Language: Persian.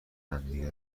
همدیگه